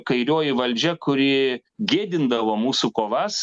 kairioji valdžia kuri gėdindavo mūsų kovas